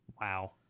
Wow